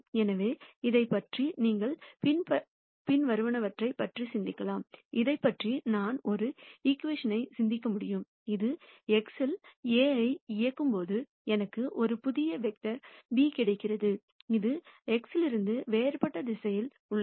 எனவே இதைப் பற்றி நீங்கள் பின்வருவனவற்றைப் பற்றி சிந்திக்கலாம் இதைப் பற்றி நான் ஒரு ஈகிவேஷன் சிந்திக்க முடியும் இது x இல் A ஐ இயக்கும்போது எனக்கு ஒரு புதிய வெக்டர்ஸ் b கிடைக்கிறது இது x இலிருந்து வேறுபட்ட திசையில் உள்ளது